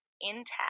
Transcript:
intact